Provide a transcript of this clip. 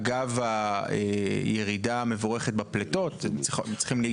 אגב הירידה המבורכת בפליטות הם צריכים להיות